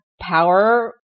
power